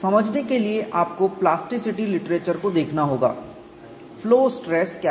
समझने के लिए आपको प्लास्टिसिटी लिटरेचर को देखना होगा फ्लो स्ट्रेस क्या है